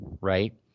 right